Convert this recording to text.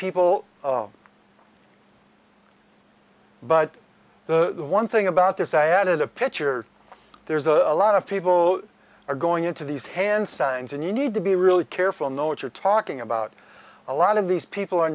people but the one thing about this i added a picture there's a lot of people are going into these hand signs and you need to be really careful know what you're talking about a lot of these people are